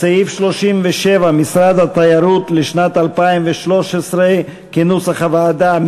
סעיף 37, משרד התיירות, כנוסח הוועדה.